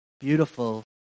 beautiful